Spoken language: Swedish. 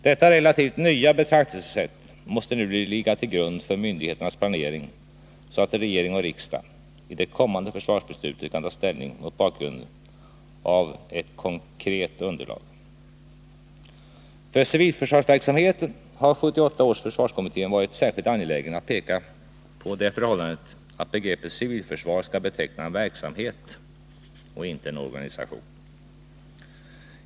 Detta relativt nya betraktelsesätt måste nu ligga till grund för myndigheternas planering, så att regering och riksdag i det kommande försvarsbeslutet kan ta ställning mot bakgrund av ett konkretiserat underlag. För civilförsvarsverksamheten har 1978 års försvarskommitté varit särskilt angelägen att peka på det förhållandet att begreppet civilförsvar skall beteckna en verksamhet och inte en organisation.